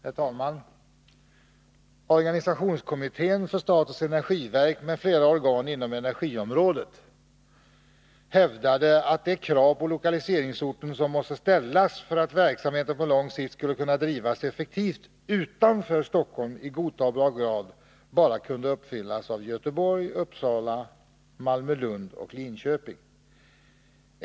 Herr talman! Organisationskommittén för statens energiverk, OKE, m.fl. organ inom energiområdet, hävdade att de krav på lokaliseringsorten som måste ställas för att verksamheten på lång sikt skulle kunna drivas effektivt utanför Stockholm i godtagbar grad bara kunde uppfyllas av Göteborg, Uppsala, Malmö/Lund och Linköping.